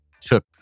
took